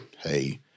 hey